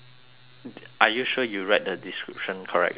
are you sure you read the description correctly